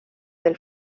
del